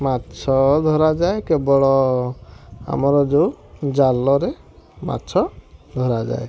ମାଛ ଧରାଯାଏ କେବଳ ଆମର ଯେଉଁ ଜାଲରେ ମାଛ ଧରାଯାଏ